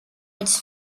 its